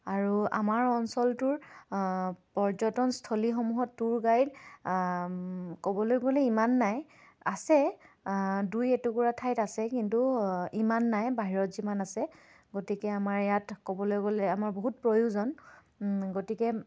আৰু আমাৰ অঞ্চলটোৰ পৰ্যটনস্থলীসমূহত টুৰ গাইড ক'বলৈ গ'লে ইমান নাই আছে দুই এটুকুৰা ঠাইত আছে কিন্তু ইমান নাই বাহিৰত যিমান আছে গতিকে আমাৰ ইয়াত ক'বলৈ গ'লে আমাৰ বহুত প্ৰয়োজন গতিকে